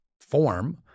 form